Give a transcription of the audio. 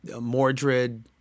Mordred